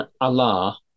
Allah